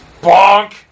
bonk